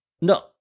No